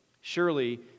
Surely